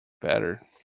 Better